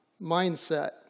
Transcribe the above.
mindset